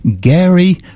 Gary